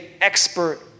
expert